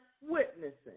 witnessing